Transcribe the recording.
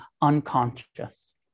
unconscious